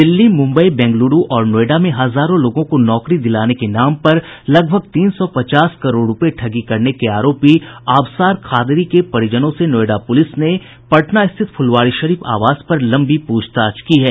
दिल्ली मुम्बई बंगलुरू और नोएडा में हजारों लोगों को नौकरी दिलाने के नाम पर लगभग तीन सौ पचास करोड़ रूपये ठगी करने के आरोपित आबसार कादिरी के परिजनों से नोएडा पुलिस ने पटना स्थित फुलवारीशरीफ आवास पर लंबी पूछताछ की है